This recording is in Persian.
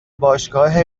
باشگاه